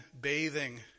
bathing